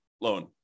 loan